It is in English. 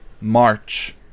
March